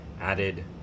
added